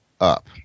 up